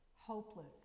hopeless